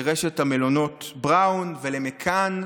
לרשת המלונות בראון, למקאן,